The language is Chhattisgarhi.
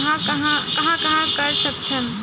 कहां कहां कर सकथन?